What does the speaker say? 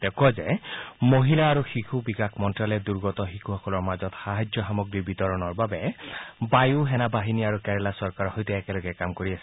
তেওঁ কয় যে মহিলা আৰু শিশু বিকাশ মন্ন্যালয়ে দুৰ্গত শিশুসকলৰ মাজত সাহায্য সামগ্ৰী বিতৰণৰ বাবে বায়ু সেনা বাহিনী আৰু কেৰালা চৰকাৰৰ সৈতে একেলগে কাম কৰি আছে